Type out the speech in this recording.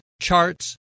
charts